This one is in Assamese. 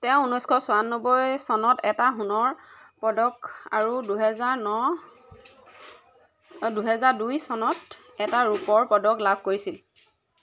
তেওঁ ঊনৈছশ ছয়ানব্বৈ চনত এটা সোণৰ পদক আৰু দুহেজাৰ ন দুহেজাৰ দুই চনত এটা ৰূপৰ পদক লাভ কৰিছিল